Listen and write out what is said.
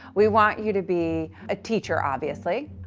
we want you to be a teacher, obviously,